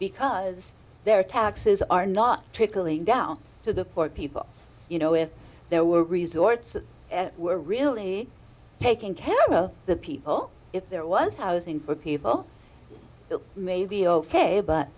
because their taxes are not trickling down to the poor people you know if there were resorts that were really taking care of the people if there was housing for people maybe ok but